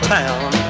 town